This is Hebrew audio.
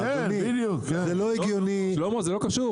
אדוני זה לא הגיוני,